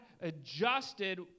adjusted